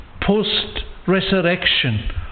post-resurrection